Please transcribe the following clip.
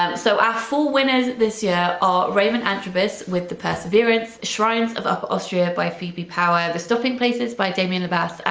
ah so our four winners this year are raymond antrobus with the perseverance, shrines of upper austria by phoebe power, the stopping places by damien le bas,